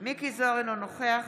מכלוף מיקי זוהר, אינו נוכח